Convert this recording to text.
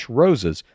roses